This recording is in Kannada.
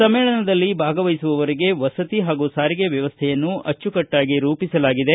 ಸಮ್ಮೇಳನದಲ್ಲಿ ಭಾಗವಹಿಸುವವರಿಗೆ ವಸತಿ ಪಾಗೂ ಸಾರಿಗೆ ವ್ಯವಸ್ಥೆಯನ್ನು ಅಬ್ಬಿಕಟ್ಟಾಗಿ ರೂಪಿಸಲಾಗಿದೆ